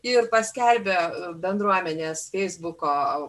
ir paskelbė bendruomenės feisbuko